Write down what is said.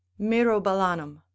Mirobalanum